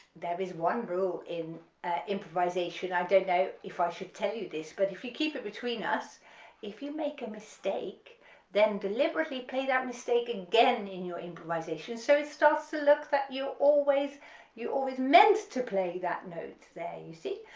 there is one rule in improvisation i don't know if i should tell you this but if you keep it between us if you make a mistake then deliberately play that mistake again in your improvisation so it starts to look that you always you always meant to play that note there you see,